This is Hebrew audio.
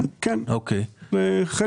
זה חלק